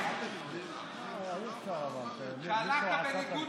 שהלכת בניגוד